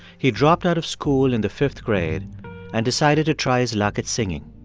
he dropped out of school in the fifth grade and decided to try his luck at singing.